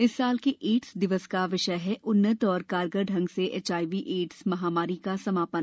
इस वर्ष के एड्स दिवस का विषय है उन्नत और कारगर ढंग से एचआईवीएड्स महामारी का समापन